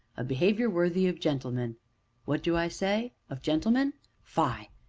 a behavior worthy of gentlemen what do i say of gentlemen fie!